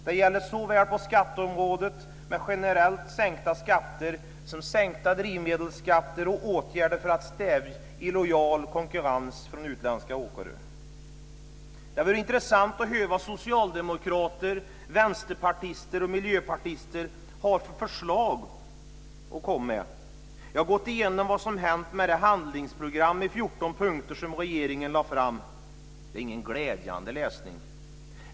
Det gäller på skatteområdet, med såväl generellt sänkta skatter som sänkta drivmedelsskatter, och åtgärder för att stävja illojal konkurrens från utländska åkare. Det vore intressant att höra vad socialdemokrater, vänsterpartister och miljöpartister har för förslag att komma med. Jag har gått igenom vad som hänt med det handlingsprogram i 14 punkter som regeringen lade fram. Det är ingen glädjande läsning.